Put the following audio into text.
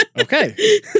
Okay